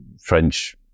French